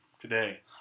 today